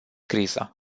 criza